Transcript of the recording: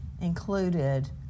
included